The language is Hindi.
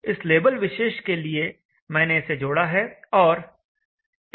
इस लेबल विशेष के लिए मैंने इसे जोड़ा है और 'xPV